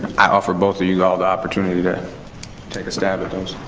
i offer both of you ah the opportunity to take a stab at those.